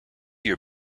your